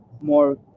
more